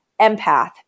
empath